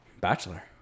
Bachelor